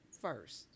first